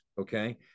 okay